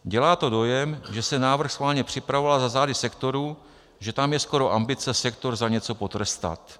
Dělá to dojem, že se návrh schválně připravoval za zády sektoru, že tam je skoro ambice sektor za něco potrestat.